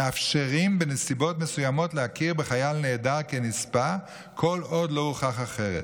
מאפשרים בנסיבות מסוימות להכיר בחייל נעדר כנספה כל עוד לא הוכח אחרת,